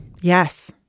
Yes